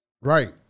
Right